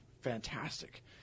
fantastic